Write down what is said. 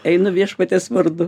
einu viešpaties vardu